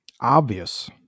obvious